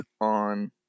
on